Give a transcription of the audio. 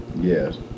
Yes